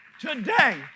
Today